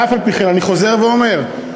ואף-על-פי-כן אני חוזר ואומר,